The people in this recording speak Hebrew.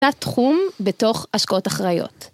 תת־תחום בתוך השקעות אחראיות